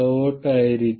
5mV ആയിരിക്കും